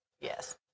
yes